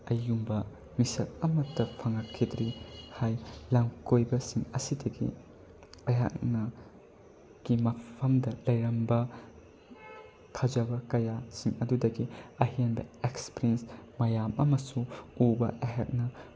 ꯑꯩꯒꯨꯝꯕ ꯃꯤꯁꯛ ꯑꯃꯠꯇ ꯐꯪꯉꯛꯈꯤꯗ꯭ꯔꯤ ꯍꯥꯏ ꯂꯝꯀꯣꯏꯕꯁꯤꯡ ꯑꯁꯤꯗꯒꯤ ꯑꯩꯍꯥꯛꯅ ꯃꯐꯝꯗ ꯂꯩꯔꯝꯕ ꯐꯖꯕ ꯀꯌꯥꯁꯤꯡ ꯑꯗꯨꯗꯒꯤ ꯑꯍꯦꯟꯕ ꯑꯦꯛꯁꯄ꯭ꯔꯦꯟꯁ ꯃꯌꯥꯝ ꯑꯃꯁꯨ ꯎꯕ ꯑꯩꯍꯥꯛꯅ